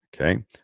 okay